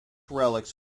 relics